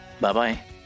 Bye-bye